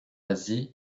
asie